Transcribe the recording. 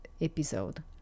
episode